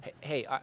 Hey